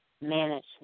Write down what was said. management